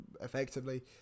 effectively